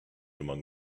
among